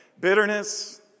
Bitterness